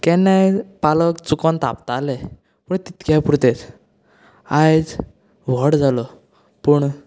केन्नाय पालक चुकोन तापतालें पण तितक्या पूरतेंच आयज व्हड जालो पूण